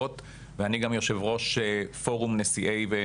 היא מקצה היום כ-9,000